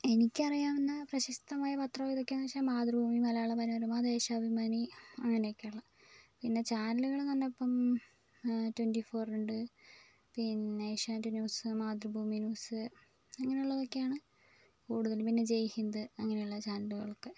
എനിക്കറിയാവുന്ന പ്രശസ്തമായ പത്രം ഏതെക്കെയാന്ന് വെച്ചാൽ മാതൃഭൂമി മലയാള മനോരമ ദേശാഭിമാനി അങ്ങനക്കെയുള്ള പിന്നെ ചാനലുകളെന്ന് പറഞ്ഞപ്പം ട്വന്റി ഫോറുണ്ട് പിന്നെ ഏഷ്യാനെറ്റ് ന്യൂസ് മാതൃഭൂമി ന്യൂസ് ഇങ്ങനൊള്ളതൊക്കെയാണ് കൂടുതലും പിന്നെ ജയ്ഹിന്ദ് അങ്ങനെയുള്ള ചാനലുകളൊക്കെ